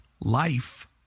life